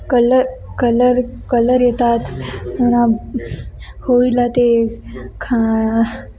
colour colour colour येतात मग होळीला ते खा